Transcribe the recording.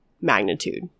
magnitude